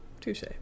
Touche